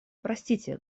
простите